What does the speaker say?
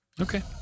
Okay